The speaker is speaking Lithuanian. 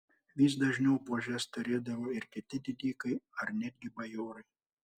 vis dažniau buožes turėdavo ir kiti didikai ar netgi bajorai